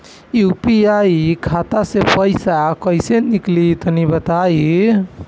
UPI खाता से पइसा कइसे निकली तनि बताई?